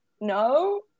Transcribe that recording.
no